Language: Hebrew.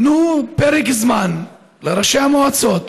תנו לראשי המועצות